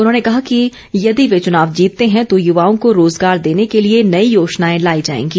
उन्होंने कहा कि यदि वे चुनाव जीतते हैं तो युवाओं को रोज़गार देने के लिए नई योजनाएं लाई जाएंगी